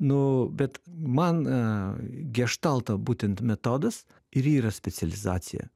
nu bet man a geštalto būtent metodas ir yra specializacija